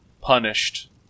punished